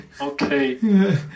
Okay